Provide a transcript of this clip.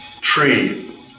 tree